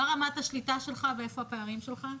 מה רמת השליטה שלך ואיפה הפערים שלך?